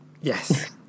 Yes